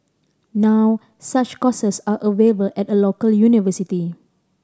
now such courses are available at a local university